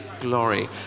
glory